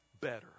better